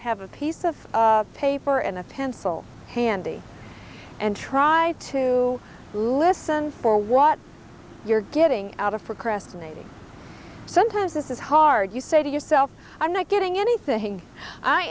have a piece of paper and a pencil handy and tried to listen for what you're getting out of procrastinating sometimes this is hard you say to yourself i'm not getting anything i